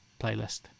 playlist